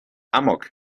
amok